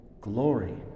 Glory